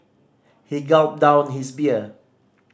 he gulped down his beer